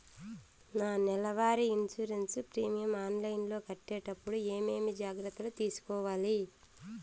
నా నెల వారి ఇన్సూరెన్సు ప్రీమియం ఆన్లైన్లో కట్టేటప్పుడు ఏమేమి జాగ్రత్త లు తీసుకోవాలి?